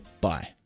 Bye